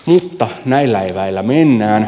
mutta näillä eväillä mennään